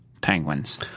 Penguins